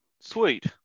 Sweet